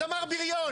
אז אמר בריון.